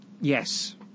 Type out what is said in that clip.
Yes